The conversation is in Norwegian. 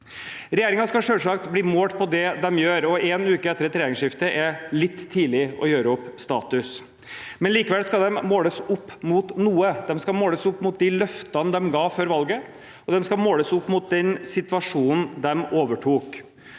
Regjeringen skal selvsagt bli målt på det de gjør. En uke etter et regjeringsskifte er litt tidlig å gjøre opp status. Men likevel skal de måles opp mot noe, de skal måles opp mot løftene de ga før valget, og de skal måles opp mot situasjonen de overtok.